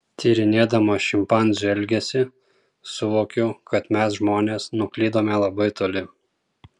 tyrinėdama šimpanzių elgesį suvokiau kad mes žmonės nuklydome labai toli